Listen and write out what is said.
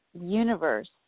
universe